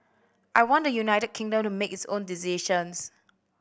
I want the United Kingdom to make its own decisions